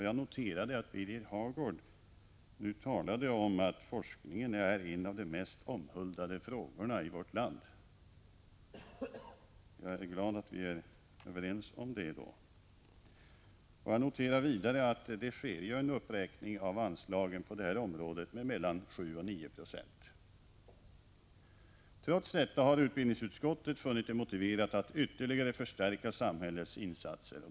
Jag noterade att Birger Hagård nu talade om att forskningen är en av de mest omhuldade frågorna i vårt land. Jag är glad att vi är överens om det. Jag noterar vidare att det sker en uppräkning av anslagen på detta område med mellan 7 och 9 Ze. Trots detta har utbildningsutskottet funnit det motiverat att ytterligare förstärka samhällets insatser.